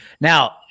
Now